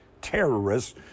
terrorists